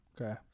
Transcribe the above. Okay